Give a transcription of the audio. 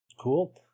Cool